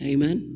Amen